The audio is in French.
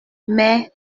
mais